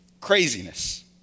Craziness